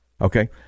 Okay